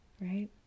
Right